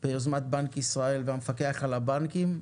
ביוזמת בנק ישראל והמפקח על הבנקים.